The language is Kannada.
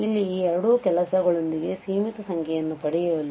ಇಲ್ಲಿ ಈ 2 ಕೆಲಸಗಳೊಂದಿಗೆ ಸೀಮಿತ ಸಂಖ್ಯೆಯನ್ನು ಪಡೆಯಲು